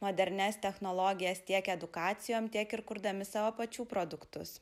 modernias technologijas tiek edukacijom tiek ir kurdami savo pačių produktus